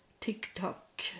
TikTok